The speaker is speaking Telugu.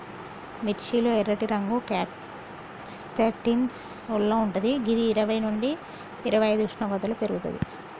మిర్చి లో ఎర్రటి రంగు క్యాంప్సాంటిన్ వల్ల వుంటది గిది ఇరవై నుండి ఇరవైఐదు ఉష్ణోగ్రతలో పెర్గుతది